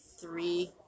three